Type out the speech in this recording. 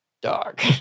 Dog